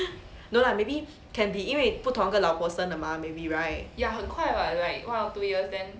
no lah maybe can be 因为不同的老婆生的 mah maybe right